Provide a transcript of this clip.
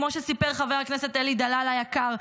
כמו שסיפר חבר הכנסת אלי דלל היקר,